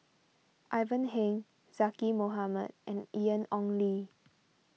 Ivan Heng Zaqy Mohamad and Ian Ong Li